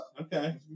Okay